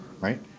right